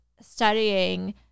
studying